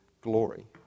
glory